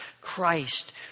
Christ